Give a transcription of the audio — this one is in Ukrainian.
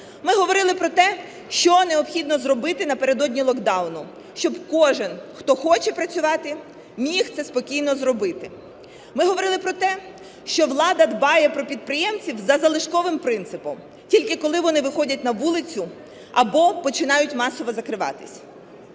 Ми говорили про те, що необхідно зробити напередодні локдауну, щоб кожен, хто хоче працювати, міг це спокійно зробити. Ми говорили про те, що влада дбає про підприємців за залишковим принципом – тільки коли вони виходять на вулицю або починають масово закриватись.